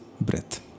breath